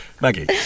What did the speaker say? Maggie